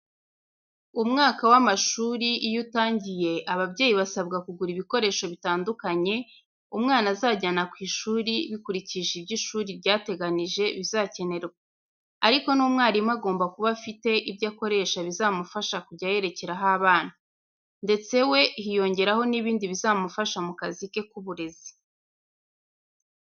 Umwaka w'amashuri iyo utangiye, ababyeyi basabwa kugura ibikoresho bitandukanye, umwana azajyana ku ishuri bikurikije ibyo ishuri ryateganije bizakenerwa. Ariko n'umwarimu agomba kuba afite ibyo akoresha bizamufasha kujya yerekeraho abana. Ndetse we hiyongeraho n'ibindi bizamufasha mu kazi ke k'uburezi.